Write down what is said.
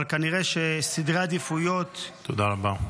אבל כנראה שסדרי העדיפויות -- תודה רבה.